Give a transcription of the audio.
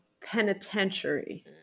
penitentiary